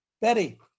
Betty